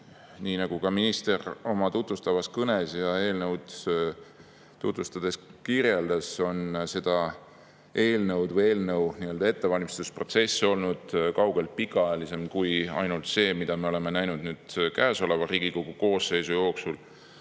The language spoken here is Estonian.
Nii nagu minister oma tutvustavas kõnes eelnõu kirjeldades ütles, on selle eelnõu ettevalmistuse protsess olnud kaugelt pikaajalisem kui ainult see, mida me oleme näinud nüüd käesoleva Riigikogu koosseisu jooksul.